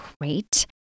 great